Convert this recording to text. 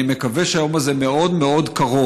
אני מקווה שהיום הזה מאוד קרוב.